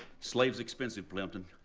slave's expensive, plimpton.